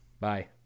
Bye